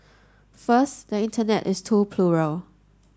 first the Internet is too plural